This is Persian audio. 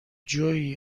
جویی